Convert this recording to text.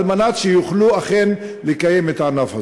על מנת שיוכלו אכן לקיים את הענף הזה.